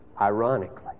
ironically